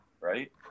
right